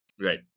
Right